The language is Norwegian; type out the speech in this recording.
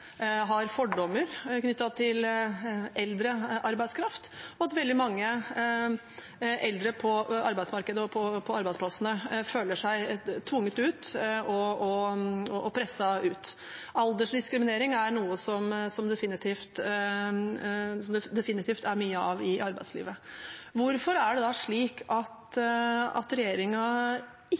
har fordommer knyttet til eldre arbeidskraft, og at veldig mange eldre på arbeidsmarkedet og på arbeidsplassene føler seg tvunget ut og presset ut. Aldersdiskriminering er noe det definitivt er mye av i arbeidslivet. Hvorfor er det da slik at regjeringen mener at aldersdiskriminering ikke skal inngå i